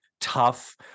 tough